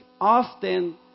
often